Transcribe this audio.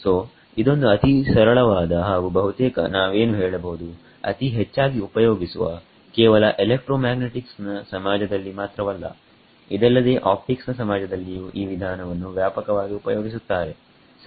ಸೋಇದೊಂದು ಅತೀ ಸರಳವಾದ ಹಾಗು ಬಹುತೇಕ ನಾವೇನು ಹೇಳಬಹುದು ಅತೀ ಹೆಚ್ಚಾಗಿ ಉಪಯೋಗಿಸುವ ಕೇವಲ ಎಲೆಕ್ಟ್ರೋಮ್ಯಾಗ್ನೆಟಿಕ್ಸ್ ನ ಸಮಾಜದಲ್ಲಿ ಮಾತ್ರವಲ್ಲಇದಲ್ಲದೇ ಆಪ್ಟಿಕ್ಸ್ ನ ಸಮಾಜದಲ್ಲಿಯೂ ಈ ವಿಧಾನವನ್ನು ವ್ಯಾಪಕವಾಗಿ ಉಪಯೋಗಿಸುತ್ತಾರೆ ಸರಿ